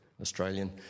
Australian